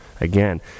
again